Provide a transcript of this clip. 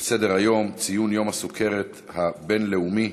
על סדר-היום: ציון יום הסוכרת הבין-לאומי,